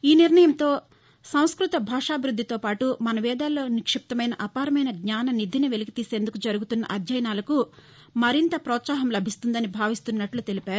ఈనిర్ణయంతో సంస్కృత భాషాభివృద్దితో పాటు మన వేదాల్లో నిక్షిప్తమైన అపారమైన జ్ఞాననిధిని వెలికితీసేందుకు జరుగుతున్న అధ్యయనాలకు మరింత ప్రోత్సాహం లభిస్తుందని భావిస్తున్నట్లు తెలిపారు